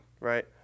right